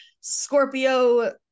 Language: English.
Scorpio